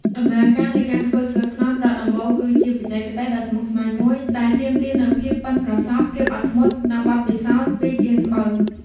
ដំណើរការនៃការធ្វើស្លឹកត្នោតប្រក់ដំបូល គឺជាបច្ចេកទេសដ៏ស្មុគស្មាញមួយដែលទាមទារនូវភាពប៉ិនប្រសប់ ភាពអត់ធ្មត់ និងបទពិសោធន៍ពីជាងស្បូវ។